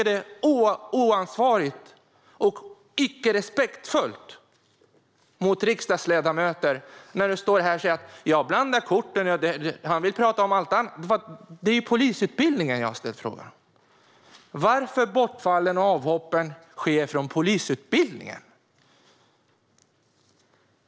Det är oansvarigt och icke respektfullt mot riksdagsledamöter när du står här och säger att jag blandar korten och vill prata om allt annat. Det är polisutbildningen jag har ställt frågan om. Det handlar om varför bortfallen och avhoppen sker från polisutbildningen.